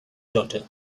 daughter